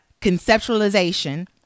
conceptualization